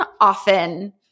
often